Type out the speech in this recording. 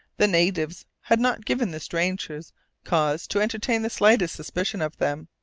the natives had not given the strangers cause to entertain the slightest suspicion of them.